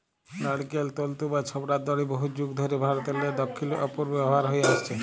লাইড়কেল তল্তু বা ছবড়ার দড়ি বহুত যুগ ধইরে ভারতেরলে দখ্খিল অ পূবে ব্যাভার হঁয়ে আইসছে